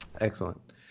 Excellent